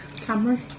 Cameras